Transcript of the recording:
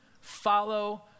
follow